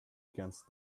against